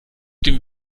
dem